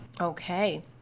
Okay